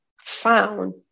found